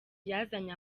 yazanye